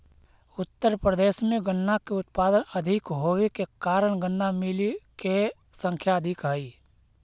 उत्तर प्रदेश में गन्ना के उत्पादन अधिक होवे के कारण गन्ना मिलऽ के संख्या अधिक हई